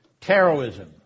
terrorism